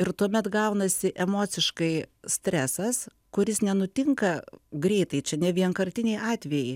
ir tuomet gaunasi emociškai stresas kuris nenutinka greitai čia ne vienkartiniai atvejai